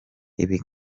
ibi